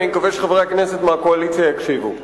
ואני מקווה שחברי הכנסת מהקואליציה יקשיבו.